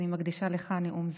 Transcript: אני מקדישה לך נאום זה.